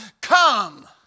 Come